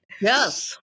Yes